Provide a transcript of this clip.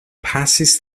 passes